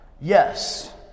Yes